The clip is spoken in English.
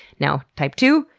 now, type two,